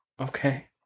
okay